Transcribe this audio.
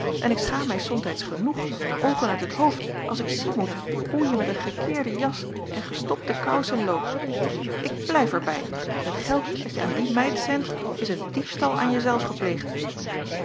en ik schaam mij somtijds genoeg de oogen uit het hoofd als ik zien moet hoe je met een gekeerde jas en gestopte kousen loopt ik blijf er bij het geld dat je aan die meid zendt is een diefstal aan je zelf gepleegd